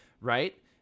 right